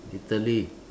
Italy